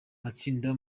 matsinda